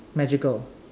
magical